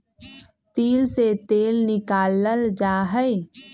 तिल से तेल निकाल्ल जाहई